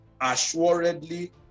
assuredly